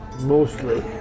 mostly